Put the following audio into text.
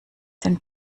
den